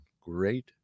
great